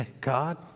God